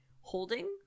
holding